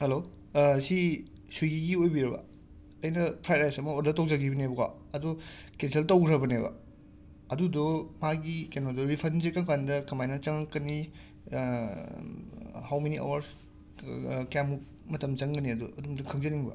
hello ꯑꯁꯤ ꯁ꯭ꯋꯤꯒꯤꯒꯤ ꯑꯣꯏꯕꯤꯔꯕ ꯑꯩꯅ ꯐ꯭ꯔꯥꯏꯠ ꯔꯥꯏꯁ ꯑꯃ ꯑꯣꯗꯔ ꯇꯧꯖꯈꯤꯕꯅꯦꯕꯀꯣ ꯑꯗꯨ ꯀꯦꯟꯁꯦꯜ ꯇꯧꯘ꯭ꯔꯕꯅꯦꯕ ꯑꯗꯨꯗꯣ ꯃꯥꯒꯤ ꯀꯩꯅꯣꯗꯣ ꯔꯤꯐꯟꯁꯦ ꯀꯔꯝꯀꯥꯟꯗ ꯀꯃꯥꯏꯅ ꯆꯪꯂꯛꯀꯅꯤ ꯍꯥꯎ ꯃꯦꯅꯤ ꯑꯥꯋꯔꯁ ꯑ ꯀꯌꯥꯃꯨꯛ ꯃꯇꯝ ꯆꯪꯒꯅꯤ ꯑꯗꯨ ꯑꯗꯨꯝꯇ ꯈꯪꯖꯅꯤꯡꯕ